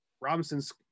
Robinson's